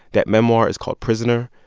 that memoir is called prisoner.